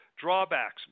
Drawbacks